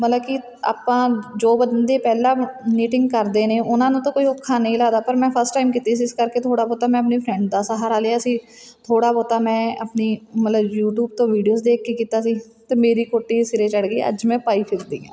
ਮਤਲਬ ਕਿ ਆਪਾਂ ਜੋ ਬੰਦੇ ਪਹਿਲਾਂ ਨੀਟਿੰਗ ਕਰਦੇ ਨੇ ਉਹਨਾਂ ਨੂੰ ਤਾਂ ਕੋਈ ਔਖਾ ਨਹੀਂ ਲੱਗਦਾ ਪਰ ਮੈਂ ਫਸਟ ਟਾਈਮ ਕੀਤੀ ਸੀ ਇਸ ਕਰਕੇ ਥੋੜ੍ਹਾ ਬਹੁਤਾ ਮੈਂ ਆਪਣੀ ਫਰੈਂਡ ਦਾ ਸਹਾਰਾ ਲਿਆ ਸੀ ਥੋੜ੍ਹਾ ਬਹੁਤਾ ਮੈਂ ਆਪਣੀ ਮਤਲਬ ਯੂਟਿਊਬ ਤੋਂ ਵੀਡੀਓਜ਼ ਦੇਖ ਕੇ ਕੀਤਾ ਸੀ ਅਤੇ ਮੇਰੀ ਕੋਟੀ ਸਿਰੇ ਚੜ੍ਹ ਗਈ ਅੱਜ ਮੈਂ ਪਾਈ ਫਿਰਦੀ ਹਾਂ